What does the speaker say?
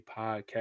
podcast